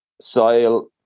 soil